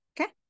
Okay